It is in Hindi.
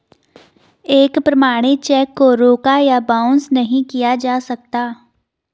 एक प्रमाणित चेक को रोका या बाउंस नहीं किया जा सकता है